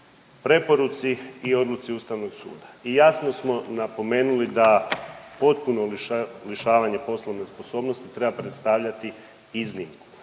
preporuci i odluci Ustavnog suda. I jasno smo napomenuli da potpuno lišavanje poslovne sposobnosti treba predstavljati iznimku.